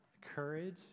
courage